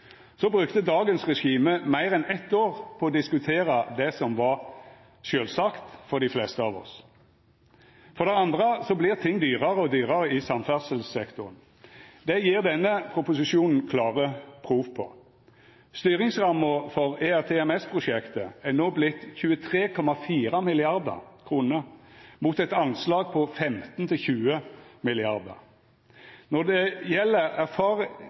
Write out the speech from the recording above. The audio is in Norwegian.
brukte dagens regime meir enn eit år på å diskutera det som var sjølvsagt for dei fleste av oss. For det andre vert ting dyrare og dyrare i samferdselssektoren. Det gjev denne proposisjonen klare prov på. Styringsramma for ERTMS-prosjektet er no vorten på 23,4 mrd. kr, mot eit anslag på 15–20 mrd. kr. Når det gjeld